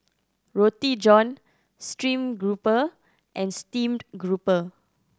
Roti John stream grouper and steamed grouper